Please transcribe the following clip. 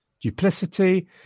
duplicity